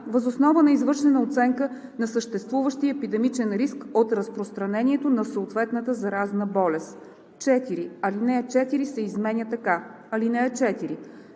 въз основа на извършена оценка на съществуващия епидемичен риск от разпространението на съответната заразна болест.“ 4. Алинея 4 се изменя така: „(4)